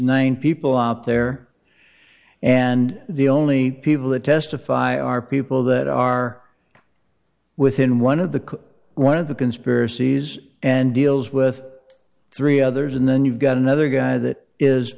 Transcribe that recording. nine people out there and the only people who testify are people that are within one of the one of the conspiracies and deals with three others and then you've got another guy that is